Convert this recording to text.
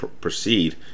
proceed